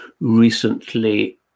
recently